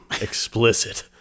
Explicit